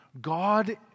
God